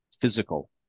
physical